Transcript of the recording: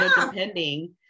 depending